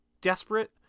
desperate